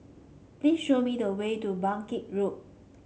please show me the way to Bangkit Road